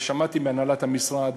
ושמעתי מהנהלת המשרד,